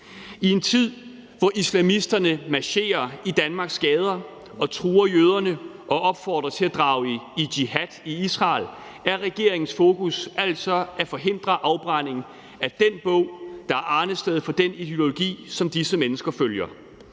I en tid, hvor islamisterne marcherer i Danmarks gader og truer jøderne og opfordrer til at drage i jihad i Israel, er regeringens fokus altså at forhindre afbrænding af den bog, der er arnested for den ideologi, som disse mennesker følger.